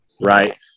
Right